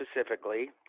specifically